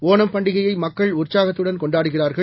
ஓணம்பண்டிகையைமக்கள்உற்சாகத்துடன்கொண்டாடுகி றார்கள்